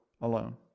alone